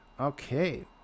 Okay